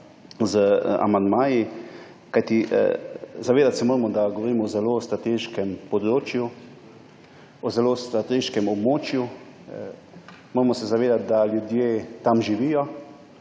z amandmaji. Zavedati se moramo, da govorimo o zelo strateškem področju, o zelo strateškem območju. Moramo se zavedati, da ljudje tam živijo